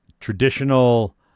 traditional